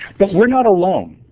but we're not alone.